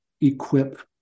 equip